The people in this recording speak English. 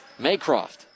Maycroft